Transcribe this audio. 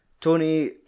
Tony